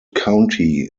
county